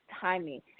timing